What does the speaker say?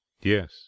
Yes